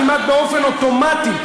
כמעט באופן אוטומטי,